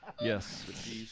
Yes